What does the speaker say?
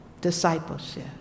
discipleship